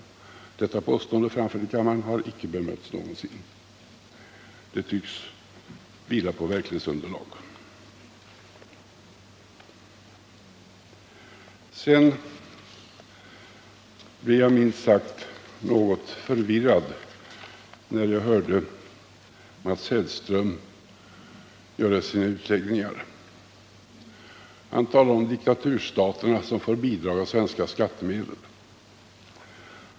Detta påstående, framfört i riksdagen, har icke någonsin bemötts. Det tycks vila på verklighetsunderlag. Sedan blev jag minst sagt något förvånad, när jag hörde Mats Hellström göra sina utläggningar. Han talade om diktaturstater som får bidrag av svenska skattemedel.